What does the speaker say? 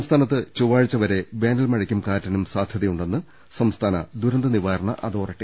സംസ്ഥാനത്ത് ചൊവ്വാഴ്ച വരെ വേനൽമഴയ്ക്കും കാറ്റിനും സാധ്യതയുണ്ടെന്ന് സംസ്ഥാന ദുരന്ത നിവാരണ അതോറിറ്റി